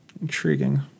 Intriguing